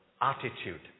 attitude